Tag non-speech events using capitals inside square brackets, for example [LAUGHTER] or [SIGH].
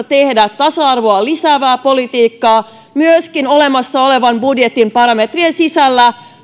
[UNINTELLIGIBLE] tehdä tasa arvoa lisäävää politiikkaa myöskin olemassa olevan budjetin parametrien sisällä